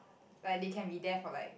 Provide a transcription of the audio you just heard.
like they can be there for like